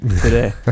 today